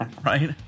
Right